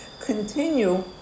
continue